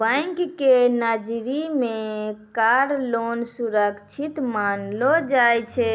bank के नजरी मे कार लोन सुरक्षित मानलो जाय छै